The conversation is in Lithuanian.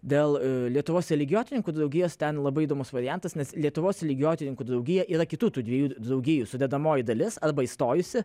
dėl lietuvos religijotyrininkų draugijos ten labai įdomus variantas nes lietuvos religijotyrininkų draugija yra kitų tų dviejų draugijų sudedamoji dalis arba įstojusi